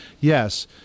Yes